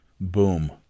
boom